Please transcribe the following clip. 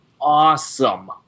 awesome